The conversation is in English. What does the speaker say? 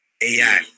AI